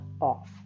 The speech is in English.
off